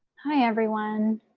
hi everyone.